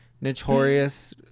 notorious